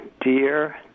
Dear